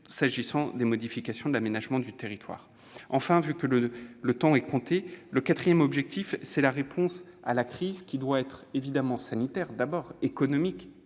s'agissant des modifications de l'aménagement du territoire. Enfin, puisque que le temps m'est compté, j'aborde un quatrième objectif : la réponse à la crise doit être évidemment sanitaire, d'abord, économique,